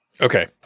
Okay